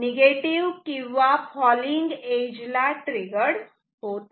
negative किंवा falling edge ला triggered होत नाही